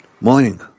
Morning